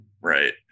Right